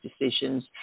decisions